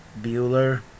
Bueller